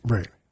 Right